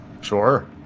Sure